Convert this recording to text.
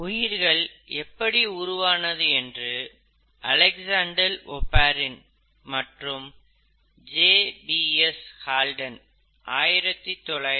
உயிர்கள் எப்படி உருவானது என்று அலெக்சாண்டர் ஒப்பாரின் மற்றும் ஜேபிஎஸ் ஹால்டன் J